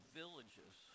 villages